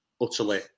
utterly